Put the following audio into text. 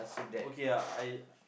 okay ah I